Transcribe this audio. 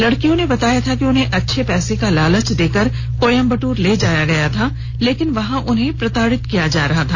लड़कियों ने बताया था कि उन्हें अच्छे पैसे का लालच देकर कोयंबटूर ले जाया गया था लेकिन वहां उन्हें प्रताड़ित किया जा रहा था